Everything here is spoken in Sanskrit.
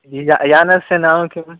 यानस्य नाम किं